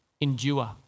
Endure